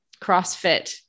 crossfit